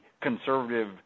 conservative